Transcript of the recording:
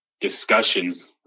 discussions